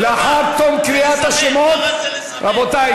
"לאחר תום קריאת השמות" רבותי,